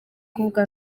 kuvuga